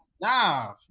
Nah